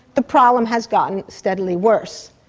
the problem has gotten steadily worse.